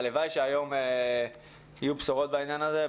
הלוואי שהיום יהיו בשורות בעניין הזה,